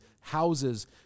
houses